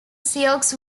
sioux